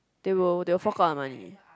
they will they will fork out the money